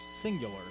singular